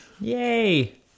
Yay